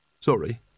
Sorry